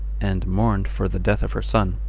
and mourned for the death of her son,